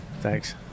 Thanks